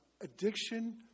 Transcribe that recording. addiction